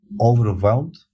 overwhelmed